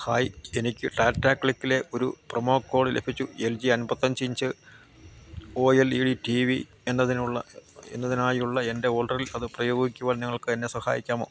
hi എനിക്ക് ടാറ്റാ ക്ലിക്കിലെ ഒരു പ്രൊമോ കോഡ് ലഭിച്ചു എൽ ജി അന്പത്തിയഞ്ച് inch O L E D T V എന്നതിനുള്ള എന്നതിനായുള്ള എൻ്റെ ഓഡറിൽ അത് പ്രയോഗിക്കുവാൻ നിങ്ങൾക്ക് എന്നെ സഹായിക്കാമോ